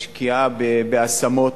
משקיעה בהשמות,